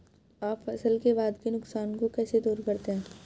आप फसल के बाद के नुकसान को कैसे दूर करते हैं?